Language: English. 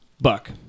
Buck